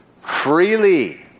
freely